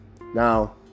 now